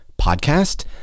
Podcast